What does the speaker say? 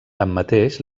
tanmateix